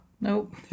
Nope